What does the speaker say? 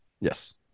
Yes